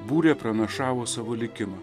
būrė pranašavo savo likimą